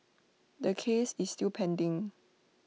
the case is still pending